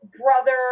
brother